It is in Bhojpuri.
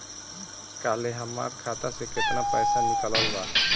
काल्हे हमार खाता से केतना पैसा निकलल बा?